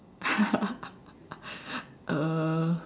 uh